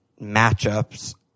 matchups